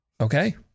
okay